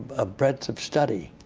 a breadth of study,